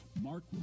Mark